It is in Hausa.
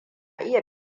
iya